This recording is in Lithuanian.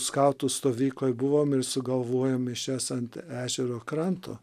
skautų stovykloj buvom ir sugalvojom mišias ant ežero kranto